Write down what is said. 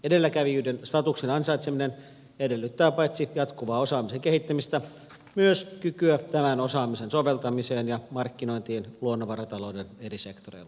edelläkävijyyden statuksen ansaitseminen edellyttää paitsi jatkuvaa osaamisen kehittämistä myös kykyä tämän osaamisen soveltamiseen ja markkinointiin luonnonvaratalouden eri sektoreilla